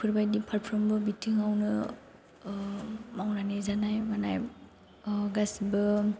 बेफोरबायदि फारफ्रोमबो बिथिङावनो मावनानै जानाय मानाय गासैबो